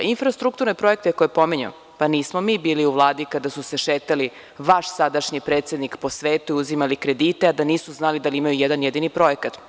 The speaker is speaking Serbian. Infrastrukturne projekte koje pominju, pa nismo mi bili u Vladi kada su šetali vaš sadašnji predsednik po svetu, uzimali kredite, a da nisu znali da imaju jedan jedini projekat.